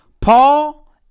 Paul